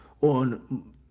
on